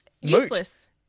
Useless